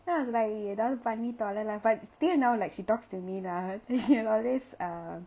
எதாவுது பண்ணி தொலடா:ethavuthu panni tholada like still now she talks to me lah then she always um